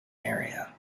area